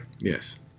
Yes